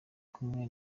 kumwe